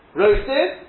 roasted